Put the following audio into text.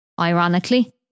Ironically